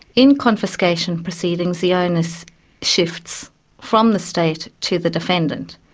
in confiscation proceedings the onus shifts from the state to the defendant,